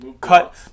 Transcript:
cut